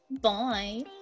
Bye